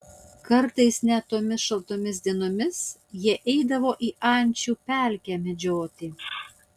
kartais net tomis šaltomis dienomis jie eidavo į ančių pelkę medžioti